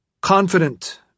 Confident